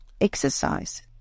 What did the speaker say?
exercise